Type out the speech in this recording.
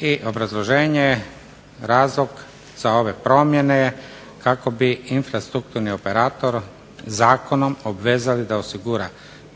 I obrazloženje je, razlog za ove promjene je kako bi infrastrukturni operator zakonom obvezali da osigura